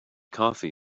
coffee